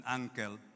uncle